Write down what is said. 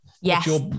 Yes